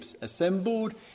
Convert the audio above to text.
assembled